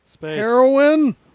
Heroin